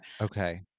Okay